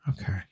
Okay